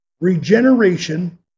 Regeneration